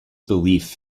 belief